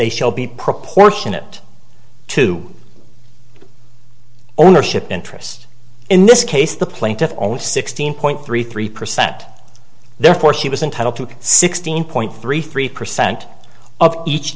they shall be proportionate to ownership interest in this case the plaintiff only sixteen point three three percent therefore she was entitled to sixteen point three three percent of each